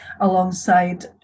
alongside